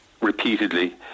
repeatedly